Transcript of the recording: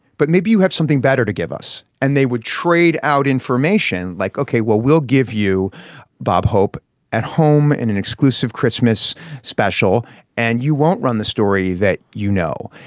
but maybe you have something better to give us and they would trade out information like ok well we'll give you bob hope at home in an exclusive christmas special and you won't run the story that you know.